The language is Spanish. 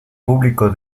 público